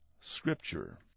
Scripture